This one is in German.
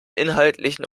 inhaltlichen